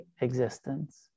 existence